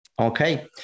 okay